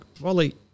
Wally